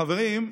החברים,